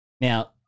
Now